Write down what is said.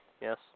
yes